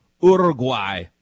Uruguay